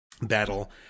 battle